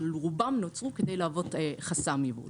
רובם נוצרו כדי להוות חסם ייבוא.